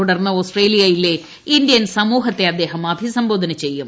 തുടർന്ന് ഓസ്ട്രേലിയയിലെ ഇന്ത്യൻ സമൂഹത്തെ അദ്ദേഹം അഭിസംബോധന ചെയ്യും